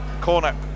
corner